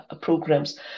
programs